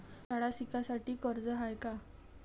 शाळा शिकासाठी कर्ज हाय का?